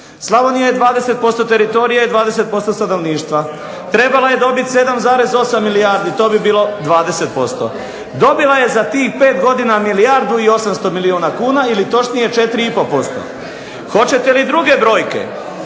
Slavonija je 20% teritorija i 20% stanovništva. Trebala je dobit 7,8 milijardi, to bi bilo 20. Dobila je za tih 5 godina milijardu i 800 milijuna kuna ili točnije 4,5%. Hoćete li druge brojke,